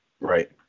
Right